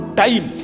time